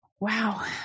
Wow